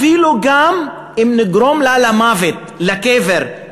אפילו גם אם נגרום לה למוות, לקבר.